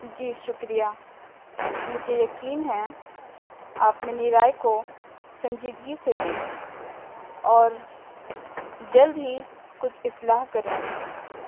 جی شکریہ مجھے یقین ہے آپ میری رائے کو سنجیدگی سے لیں گے اور جلد ہی کچھ اصلاح کریں گے